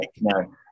no